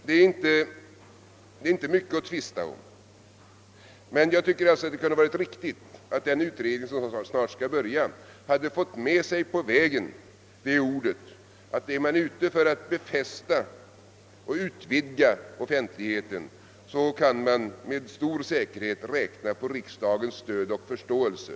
Det är inte mycket att tvista om men jag tycker att det hade varit bra om den utredning som snart skall börja sitt arbete fått med sig på vägen de orden att man, om man är ute för att befästa och utvidga offentlighetsprincipen, med stor säkerhet kan räkna med riksdagens stöd och förståelse.